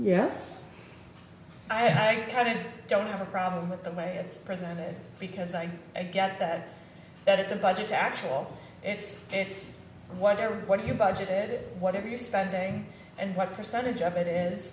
yes i kind of don't have a problem with the way it's presented because i get that it's a budget actual it's it's whatever what is your budget whatever you're spending and what percentage of it is